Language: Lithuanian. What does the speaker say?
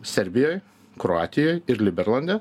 serbijoj kroatijoj ir liberalande